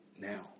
now